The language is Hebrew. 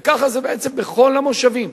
וכך זה בעצם בכל המושבים,